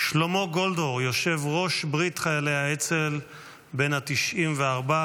שלמה גולדהור, יושב-ראש ברית חיילי האצ"ל בן ה-94.